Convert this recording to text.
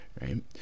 Right